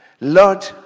Lord